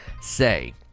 say